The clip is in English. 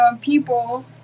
people